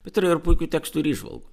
bet ir puikių tekstų įžvalgų